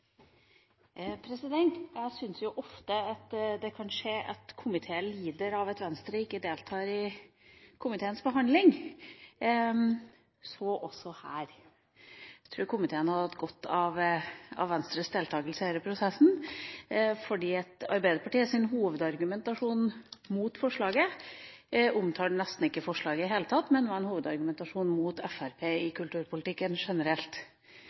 til. Jeg syns det ofte kan skje at komiteer lider av at Venstre ikke deltar i komiteens behandling – så også her. Jeg tror komiteen hadde hatt godt av Venstres deltakelse i denne prosessen, for Arbeiderpartiet omtaler i sin hovedargumentasjon mot forslaget nesten ikke forslaget i det hele tatt, men har en hovedargumentasjon mot Fremskrittspartiet i kulturpolitikken generelt.